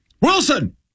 Wilson